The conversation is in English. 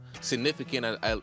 Significant